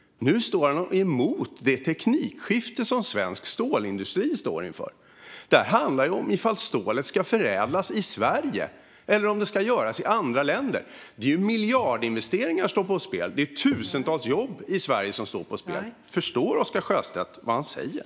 Nu står han och är emot det teknikskifte som svensk stålindustri står inför. Detta handlar om ifall stålet ska förädlas i Sverige eller om det ska göras i andra länder. Det är miljardinvesteringar som står på spel, och det är tusentals jobb i Sverige som står på spel. Förstår Oscar Sjöstedt vad han säger?